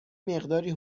مقداری